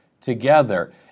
together